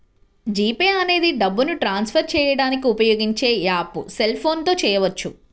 G Pay అనేది డబ్బుని transfer చేయడానికి ఉపయోగించే యాప్పు సెల్ ఫోన్ తో చేయవచ్చు